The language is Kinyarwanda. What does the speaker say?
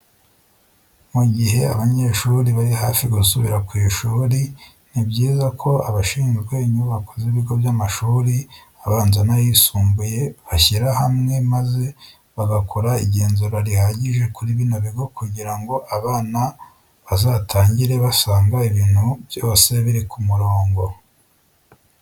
Mu gihe abanyeshuri bari hafi gusubira ku ishuri, ni byiza ko abashinzwe inyubako z'ibigo by'amashuri abanza n'ayisumbuye bashyira hamwe maze bagakora igenzura rihagije kuri bino bigo kugira ngo abana bazatangire basanga ibintu bose biri ku murongo.